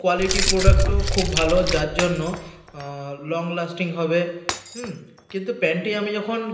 quality প্রোডাক্টও খুব ভালো যার জন্য লং লাস্টিং হবে হুম কিন্তু প্যান্টটি আমি যখন